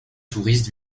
touristes